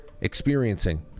experiencing